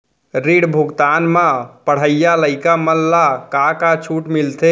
ऋण भुगतान म पढ़इया लइका मन ला का का छूट मिलथे?